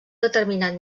determinat